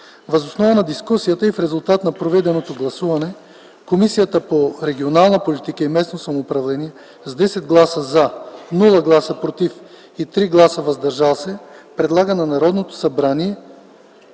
Въз основа на дискусията и в резултат на проведеното гласуване Комисията по регионална политика и местно самоуправление с 10 гласа „за”, без „против” и 3 гласа „въздържали се” предлага на Народното събрание